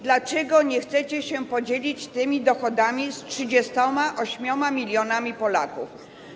Dlaczego nie chcecie się podzielić tymi dochodami z 38 mln Polaków?